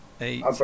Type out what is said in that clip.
eight